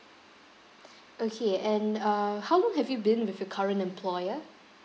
okay and uh how long have you been with your current employer